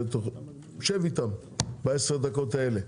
שב איתם בעשר הדקות האלה.